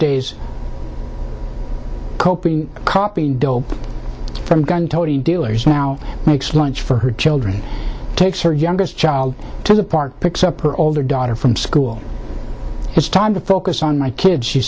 days coping copying dope from gun toting dealers now makes lunch for her children takes her youngest child to the park picks up her older daughter from school it's time to focus on my kids she